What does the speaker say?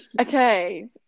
Okay